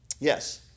Yes